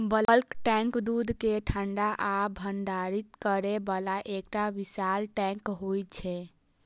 bulk tank दूध कें ठंडा आ भंडारित करै बला एकटा विशाल टैंक होइ छै